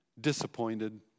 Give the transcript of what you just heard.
disappointed